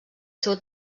seu